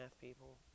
people